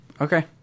Okay